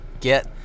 get